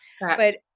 but-